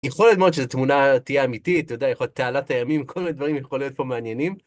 יכול להיות מאוד שזו תמונה תהיה אמיתית, אתה יודע, יכול להיות, תעלת הימים, כל מיני דברים יכולים להיות פה מעניינים.